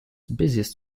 busiest